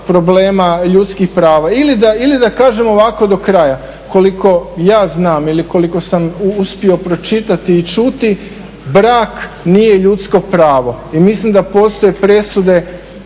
problema ljudskih prava. Ili da kažem ovako do kraja. Koliko ja znam ili koliko sam uspio pročitati i čuti brak nije ljudsko pravo. I mislim da postoje presude